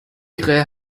krähe